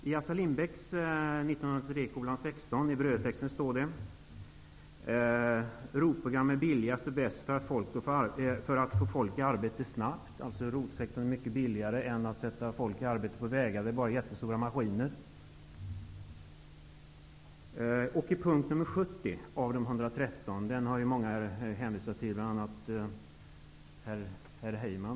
I SOU 1993:16 från Assar Lindbeck står det i brödtexten att ROT-program är billigast och bäst för att få folk i arbete snabbt. Att satsa på ROT sektorn är mycket billigare än att sätta människor i arbete med vägar, där det mest bara är jättestora maskiner. Punkt nr 70 har många hänvisat till, bl.a. Tom Heyman.